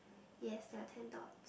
yes there are ten dots